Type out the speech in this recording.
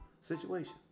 situation